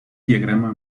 diagrama